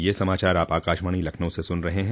ब्रे क यह समाचार आप आकाशवाणी लखनऊ से सुन रहे हैं